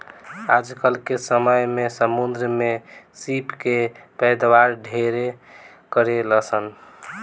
आजकल के समय में समुंद्र में सीप के पैदावार ढेरे करेलसन